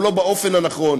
הוא לא באופן הנכון,